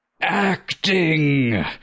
Acting